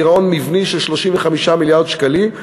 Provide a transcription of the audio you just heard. גירעון מבני של 35 מיליארד שקלים.